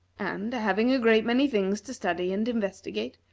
and, having a great many things to study and investigate,